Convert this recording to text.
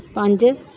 ਪੰਜ